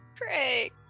Craig